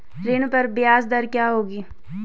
ऋण पर ब्याज दर क्या होगी?